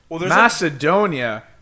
Macedonia